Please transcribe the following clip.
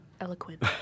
eloquent